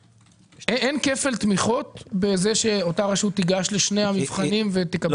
אין כפל תמיכות בכך שאותה רשות תיגש לשני המבחנים ותקבל משניהם?